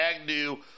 Agnew